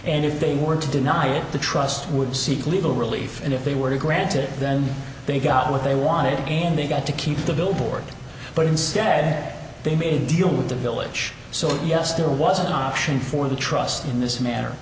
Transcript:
and if they were to deny it the trust would seek legal relief and if they were granted then they got what they wanted and they got to keep the billboard but instead they made a deal with the village so yes there was an option for the trustee in this ma